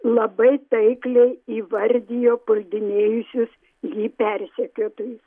labai taikliai įvardijo puldinėjusius jį persekiotojus